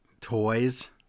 Toys